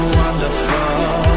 wonderful